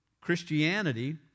Christianity